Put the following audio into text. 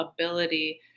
ability